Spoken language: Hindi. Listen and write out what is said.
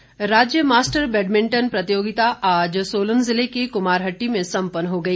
बैडमिंटन राज्य मास्टर बैडमिंटन प्रतियोगिता आज सोलन जिले के कुमारहटी में सम्पन्न हो गई